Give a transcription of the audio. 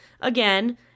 again